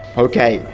okay,